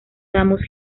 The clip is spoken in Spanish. damos